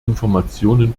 informationen